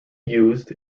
used